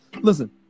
Listen